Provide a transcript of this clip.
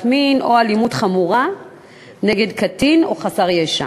מין או אלימות חמורה נגד קטין או חסר ישע.